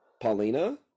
Paulina